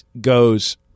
goes